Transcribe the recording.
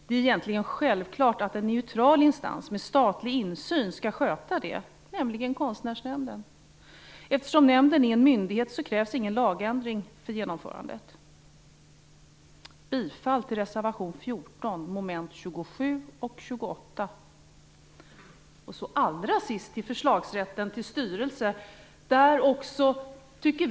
Det är egentligen självklart att en neutral instans med statlig insyn skall sköta det, nämligen Konstnärsnämnden. Eftersom nämnden är en myndighet, krävs ingen lagändring för genomförandet. Allra sist några ord om förslagsrätt till styrelser.